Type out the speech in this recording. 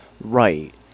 Right